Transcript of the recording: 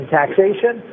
taxation